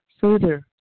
further